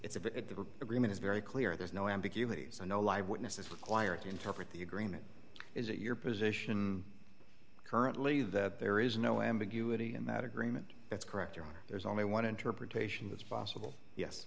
the agreement is very clear there's no ambiguity so no live witness is required to interpret the agreement is it your position currently that there is no ambiguity in that agreement that's correct or there's only one interpretation that's possible yes